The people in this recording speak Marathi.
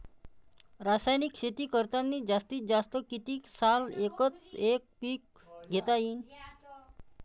रासायनिक शेती करतांनी जास्तीत जास्त कितीक साल एकच एक पीक घेता येईन?